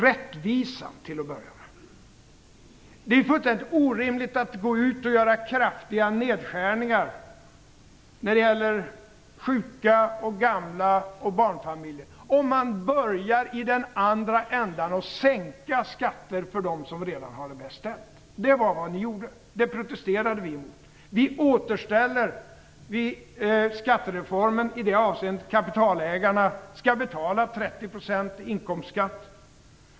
Jag börjar med rättvisan. Det är fullständigt orimligt att gå ut och göra kraftiga nedskärningar när det gäller sjuka, gamla och barnfamiljer om man börjar i den andra ändan och sänker skatter för dem som redan har det bästa ställt. Det var vad ni gjorde. Det protesterade vi emot. Vi återställer skattereformen i det avseendet att kapitalägarna skall betala 30 % i inkomstskatt.